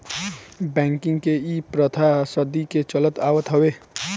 banking के इ प्रथा सदी के चलत आवत हवे